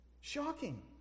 Shocking